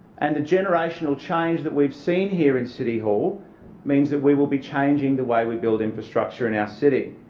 and the generational change that we've seen here in city hall means that we will be changing the way we build infrastructure in our city.